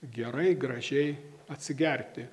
gerai gražiai atsigerti